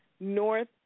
North